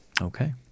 Okay